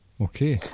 Okay